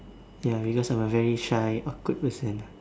ya because I'm a very shy awkward person ah